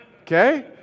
Okay